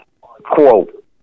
quote